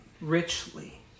richly